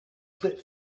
plitt